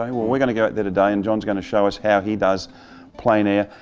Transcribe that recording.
um well we're going there today and john's going to show us how he does plein air.